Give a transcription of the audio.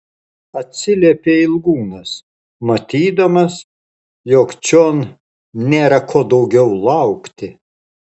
atsiliepė ilgūnas matydamas jog čion nėra ko daugiau laukti